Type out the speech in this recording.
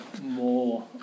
more